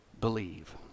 believe